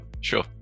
Sure